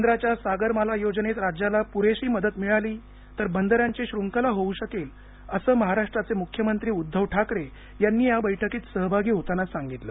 केंद्राच्या सागरमाला योजनेत राज्याला पुरेशी मदत मिळाली तर बंदरांची शृंखला होऊ शकेल असं महाराष्ट्राचे मुख्यमंत्री उद्धव ठाकरे यांनी या बैठकीत सहभागी होताना सांगितलं